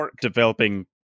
developing